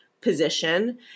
position